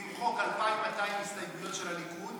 למחוק 2,200 הסתייגויות של הליכוד,